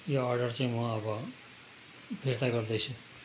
यो अर्डर चाहिँ म अब फिर्ता गर्दैछु